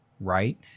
right